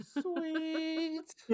sweet